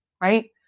Right